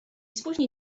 spóźni